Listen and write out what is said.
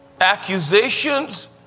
Accusations